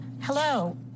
Hello